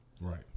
Right